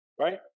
Right